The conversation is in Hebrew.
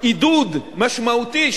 עידוד משמעותי,